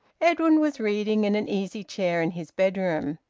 edwin was reading in an easy-chair in his bedroom.